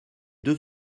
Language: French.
deux